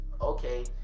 okay